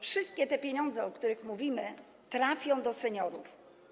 Wszystkie te pieniądze, o których mówimy, trafią do seniorów.